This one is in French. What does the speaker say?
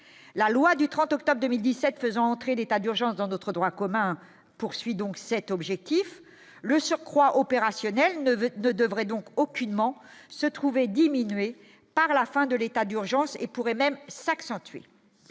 la loi du 30 octobre 2017 faisant entrer l'état d'urgence dans notre droit commun, poursuit donc cet objectif, le surcroît opérationnel, neveu de devrait donc aucunement se trouvait diminué par la fin de l'état d'urgence et pourrait même s'accentuer